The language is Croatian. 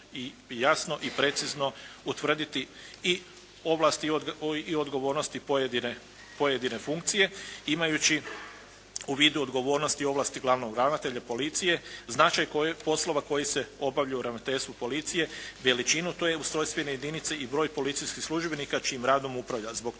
i jasno i precizno utvrditi i ovlasti i odgovornosti pojedine funkcije imajući u vidu odgovornosti i ovlasti glavnog ravnatelja policije značaj poslova koji se obavljaju u ravnateljstvu policije, veličinu te ustrojstvene jedinice i broj policijskih službenika čijim radom upravlja.